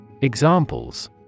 Examples